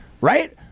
right